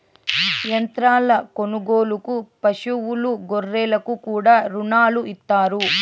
యంత్రాల కొనుగోలుకు పశువులు గొర్రెలకు కూడా రుణాలు ఇత్తారు